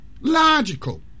logical